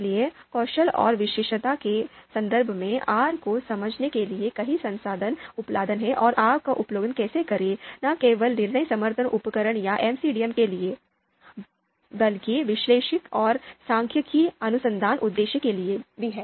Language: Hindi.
इसलिए कौशल और विशेषज्ञता के संदर्भ में आर को समझने के लिए कई संसाधन उपलब्ध हैं और आर का उपयोग कैसे करें न केवल निर्णय समर्थन उपकरण या एमसीडीएम के लिए बल्कि विश्लेषिकी और सांख्यिकीय अनुसंधान उद्देश्यों के लिए भी